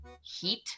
heat